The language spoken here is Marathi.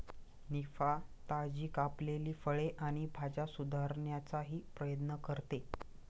निफा, ताजी कापलेली फळे आणि भाज्या सुधारण्याचाही प्रयत्न करते